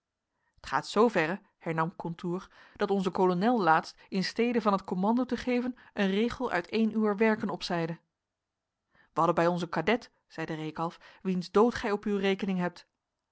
gaat zooverre hernam contour dat onze kolonel laatst in stede van het commando te geven een regel uit een uwer werken opzeide wij hadden bij ons een cadet zeide reekalf wiens dood gij op uwe rekening hebt